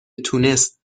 تونست